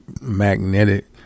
magnetic